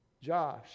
Josh